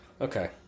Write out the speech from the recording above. Okay